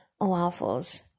waffles